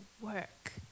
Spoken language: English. work